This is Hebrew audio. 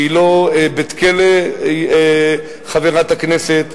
שהיא לא בית-כלא, חברת הכנסת,